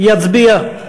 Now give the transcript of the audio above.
יצביע,